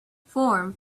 form